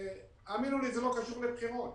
האמינו לי, זה לא קשור לבחירות.